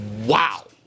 wow